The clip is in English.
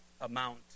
amount